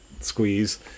squeeze